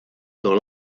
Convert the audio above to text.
dans